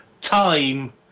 time